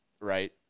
right